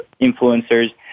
influencers